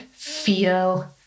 feel